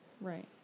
Right